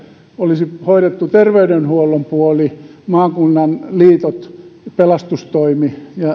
olisi hoidettu terveydenhuollon puoli maakunnan liitot pelastustoimi